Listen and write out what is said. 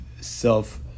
self